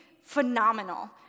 phenomenal